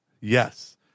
yes